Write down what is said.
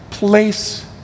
Place